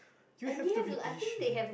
you have to be patient